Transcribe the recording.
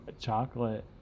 chocolate